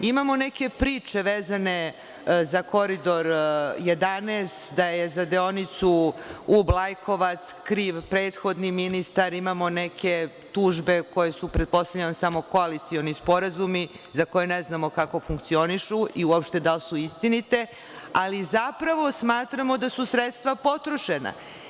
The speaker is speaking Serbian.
Imamo neke priče vezane za Koridor 11, da je za deonicu Ub-Lajkovac kriv prethodni ministar, imamo neke tužbe koje su, pretpostavljam, samo koalicioni sporazumi, za koje ne znamo kako funkcionišu i uopšte da li su istine, ali, zapravo, smatramo da su sredstva potrošena.